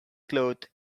cloth